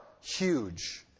huge